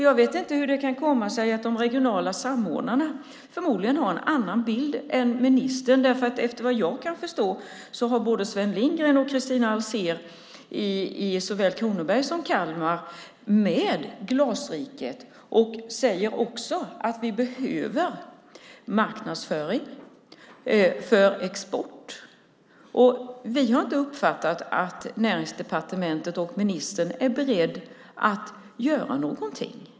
Jag vet inte hur det kan komma sig att de regionala samordnarna har en annan bild än ministern. Efter vad jag kan förstå har både Sven Lindgren i Kalmar och Kristina Alsér i Kronoberg med Glasriket. De säger också att vi behöver marknadsföring för export. Vi har inte uppfattat att Näringsdepartementet och ministern är beredda att göra någonting.